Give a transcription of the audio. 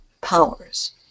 powers